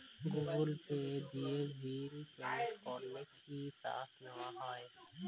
Google Pay দিয়ে bill payment করলে কি চার্জ নেওয়া হয়?